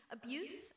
abuse